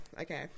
okay